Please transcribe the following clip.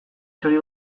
txori